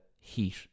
heat